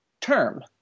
term